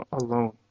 alone